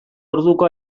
orduko